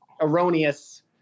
erroneous